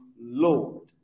Lord